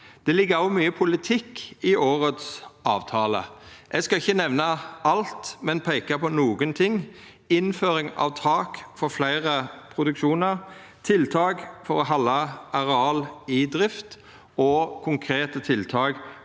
Det ligg også mykje politikk i årets avtale. Eg skal ikkje nemna alt, men peika på nokre ting: innføring av tak for fleire produksjonar, tiltak for å halda areal i drift og konkrete tiltak